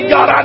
God